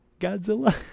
Godzilla